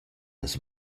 las